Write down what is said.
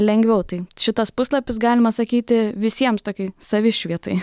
lengviau tai šitas puslapis galima sakyti visiems tokiai savišvietai